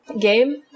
game